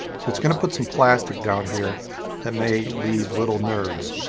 so it's gonna put some plastic down here that may leave little nerds.